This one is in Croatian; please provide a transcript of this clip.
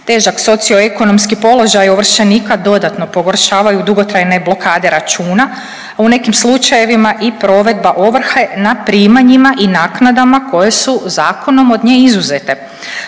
Težak socio ekonomski položaj ovršenika dodatno pogoršavaju dugotrajne blokade računa, a u nekim slučajevima i provedba ovrhe na primanjima i naknadama koje su zakonom od nje izuzete.